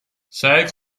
سعی